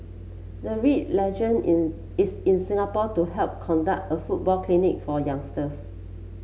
the Red legend is is in Singapore to help conduct a football clinic for youngsters